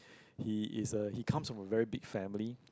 he is a he comes from a very big family